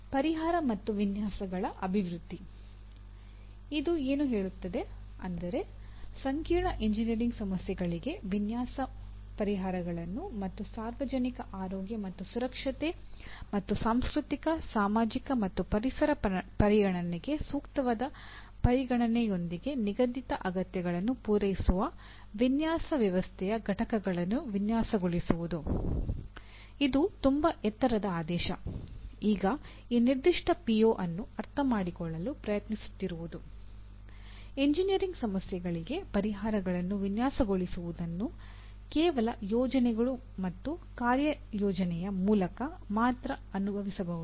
PO 3 ಗೆ ಅನ್ನು ಅರ್ಥಮಾಡಿಕೊಳ್ಳಲು ಪ್ರಯತ್ನಿಸುತ್ತಿರುವುದು ಎಂಜಿನಿಯರಿಂಗ್ ಸಮಸ್ಯೆಗಳಿಗೆ ಪರಿಹಾರಗಳನ್ನು ವಿನ್ಯಾಸಗೊಳಿಸುವುದನ್ನು ಕೇವಲ ಯೋಜನೆಗಳು ಮತ್ತು ಕಾರ್ಯಯೋಜನೆಯ ಮೂಲಕ ಮಾತ್ರ ಅನುಭವಿಸಬಹುದು